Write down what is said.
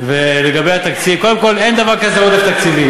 למה לא הוספתם?